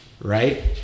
Right